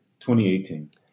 2018